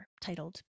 titled